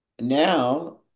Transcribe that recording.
now